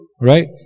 right